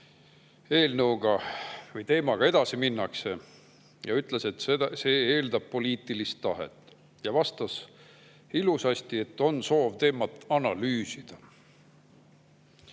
eelnõuga või teemaga edasi minnakse. Ta ütles, et see eeldab poliitilist tahet, ja vastas ilusasti, et on soov teemat analüüsida. Hakkame